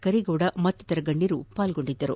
ಕರೀಗೌಡ ಮತ್ತಿತರ ಗಣ್ಯರು ಭಾಗವಹಿಸಿದ್ದರು